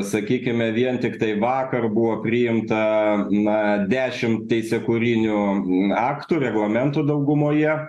sakykime vien tiktai vakar buvo priimta na dešim teisė kūrinių aktų reglamentų daugumoje